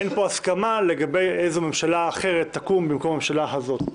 אין פה הסכמה לגבי איזו ממשלה אחרת תקום במקום הממשלה הזאת.